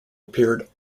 appeared